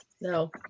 No